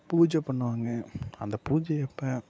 பூஜை பண்ணுவாங்க அந்த பூஜையப்போ